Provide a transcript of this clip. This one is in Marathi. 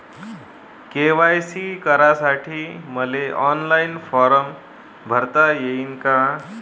के.वाय.सी करासाठी मले ऑनलाईन फारम भरता येईन का?